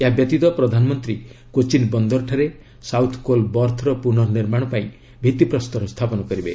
ଏହା ବ୍ୟତୀତ ପ୍ରଧାନମନ୍ତ୍ରୀ କୋଚିନ୍ ବନ୍ଦରଠାରେ ସାଉଥ୍ କୋଲ୍ ବର୍ଥର ପୂର୍ନ ନିର୍ମାଣ ପାଇଁ ଭିଭିପ୍ରସ୍ତର ସ୍ଥାପନ କରିବେ